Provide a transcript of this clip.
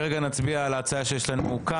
כרגע נצביע על ההצעה לגבי המועדים שיש לנו כאן.